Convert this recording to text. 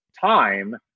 time